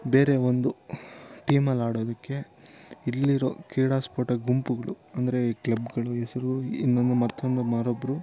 ಬೇರೆ ಒಂದು ಟೀಮಲ್ಲಾಡೋದಕ್ಕೆ ಇಲ್ಲಿರೋ ಕ್ರೀಡಾ ಸ್ಪೋಟ ಗುಂಪುಗಳು ಅಂದರೆ ಈ ಕ್ಲಬ್ಗಳ ಹೆಸ್ರು ಇನ್ನೊಂದು ಮತ್ತೊಂದು ಮಾರೊಬ್ರು